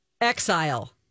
Exile